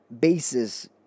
basis